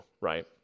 right